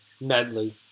Medley